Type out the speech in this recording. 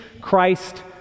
Christ